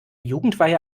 jugendweihe